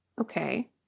Okay